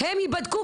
הם יבדקו,